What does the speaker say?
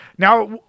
Now